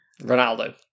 ronaldo